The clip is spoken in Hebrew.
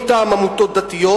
מטעם עמותות דתיות,